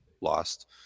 lost